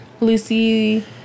Lucy